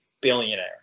billionaire